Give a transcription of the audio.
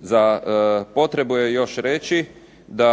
Za potrebu je još reći da